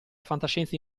fantascienza